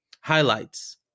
highlights